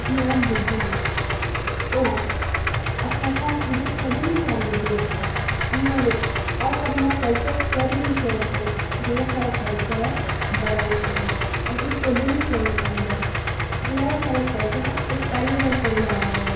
जि'यां बुड्ढे ना ओह् अपना घर छुड़ी कदें नी जंदे दुऐ घर इयां गै अस अपना कल्चर कदें नेईं छोड़दे जेहड़ा साढ़ा कल्चर ऐ ओह् बड़ा गै शैल ऐ असें कदें नेईं छोड़ना चाहिदा जेहड़ा ऐ साढ़ा कल्चर ओह् पैह्लें दा चलदा आदा